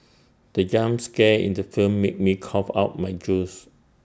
the jump scare in the film made me cough out my juice